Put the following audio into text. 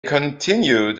continued